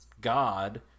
god